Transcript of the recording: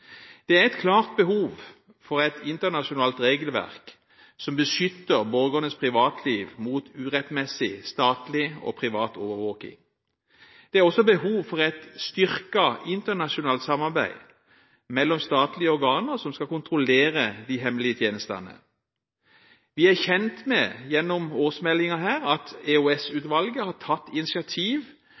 Det er et klart behov for et internasjonalt regelverk som beskytter borgernes privatliv mot urettmessig statlig og privat overvåking. Det er også behov for et styrket internasjonalt samarbeid mellom statlige organer som skal kontrollere de hemmelige tjenestene. Vi er gjennom årsmeldingen kjent med at EOS-utvalget har tatt initiativ